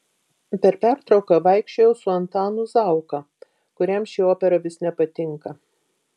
per pertrauką vaikščiojau su antanu zauka kuriam ši opera vis nepatinka